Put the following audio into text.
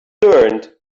learned